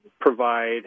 provide